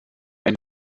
ein